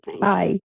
bye